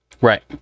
Right